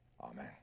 Amen